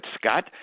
Scott